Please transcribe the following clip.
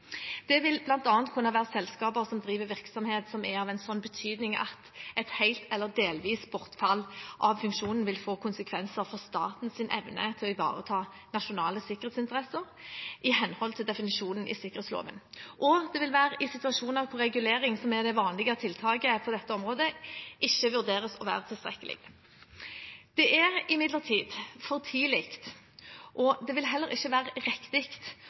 Det vil bl.a. kunne være selskaper som driver virksomheter som er av en sånn betydning at et helt eller delvis bortfall av funksjonen vil få konsekvenser for statens evne til å ivareta nasjonale sikkerhetsinteresser i henhold til definisjonen i sikkerhetsloven. Det vil også være i situasjoner der regulering, som er det vanlige tiltaket på dette området, ikke vurderes å være tilstrekkelig. Det er imidlertid for tidlig – og det vil heller ikke være riktig